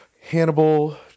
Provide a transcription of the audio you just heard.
Hannibal